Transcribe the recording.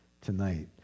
tonight